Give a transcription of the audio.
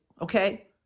Okay